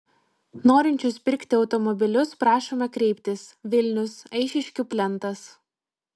norinčius pirkti automobilius prašome kreiptis vilnius eišiškių plentas